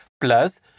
plus